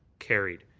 carried.